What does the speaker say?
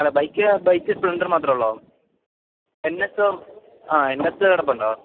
അല്ല bike bike Splendor മാത്രം ഉള്ളോ എൻ എസ് ആ എൻ എസ് കിടപ്പുണ്ടോ